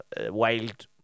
wild